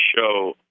show